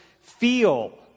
feel